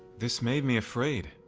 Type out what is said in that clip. this made me afraid,